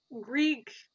Greek